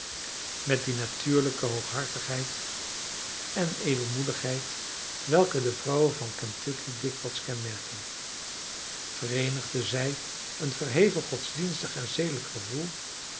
met die natuurlijke hooghartigheid en edelmoedigheid welke de vrouwen van kentucky dikwijls kenmerken vereenigde zij een verheven godsdienstig en zedelijk gevoel